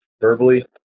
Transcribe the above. verbally